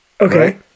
Okay